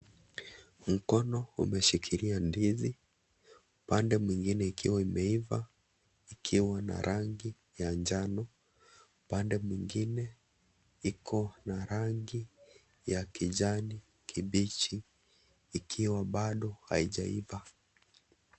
Mkono umeshikilia ndizi, upande mwingine ikiwa imeiva ikiwa na rangi ya njano, upande mwingine iko na rangi ya kijani kibichi ikiwa bado haijaiva.